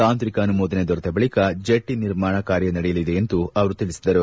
ತಾಂತ್ರಿಕ ಅನುಮೋದನೆ ದೊರೆತ ಬಳಿಕ ಜೆಟ್ಟಿ ನಿರ್ಮಾಣ ಕಾರ್ಯ ನಡೆಯಲಿದೆ ಎಂದು ಅವರು ತಿಳಿಸಿದರು